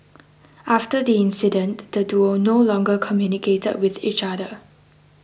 after the incident the duo no longer communicated with each other